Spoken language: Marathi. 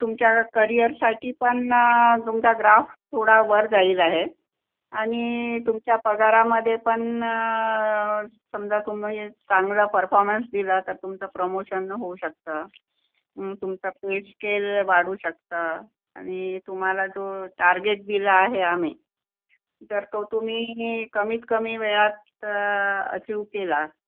तुमच्या करिअरसाठी पण तुमचा ग्राफ थोडा वर जाईल आहे आणि तुमच्या पगारामध्ये पण समजा तुम्ही चांगला परफॉर्मन्स दिला तर तुमचं प्रमोशन होऊ शकतं मग तुमचं पे स्केल वाढू शकतं आणि तुम्हाला जो टार्गेट दिला आहे आम्ही तर तो तुम्ही कमीत कमी वेळात अचिव्ह केला